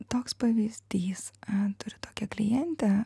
toks pavyzdys a turiu tokią klientę